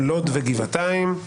לוד וגבעתיים.